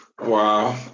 Wow